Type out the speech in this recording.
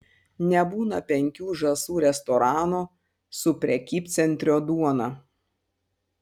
nebūna penkių žąsų restorano su prekybcentrio duona